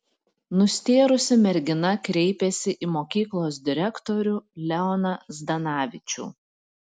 nustėrusi mergina kreipėsi į mokyklos direktorių leoną zdanavičių